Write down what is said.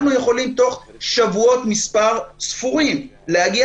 אנחנו יכולים תוך שבועות ספורים להגיע